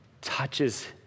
touches